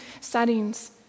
settings